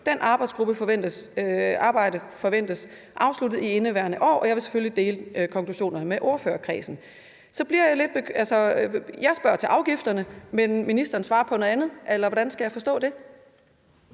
arbejde forventer vi afsluttet i indeværende år, og den vil jeg selvfølgelig dele konklusionerne fra med ordførerkredsen.« Jeg spørger til afgifterne, men ministeren svarer på noget andet, eller hvordan skal jeg forstå det?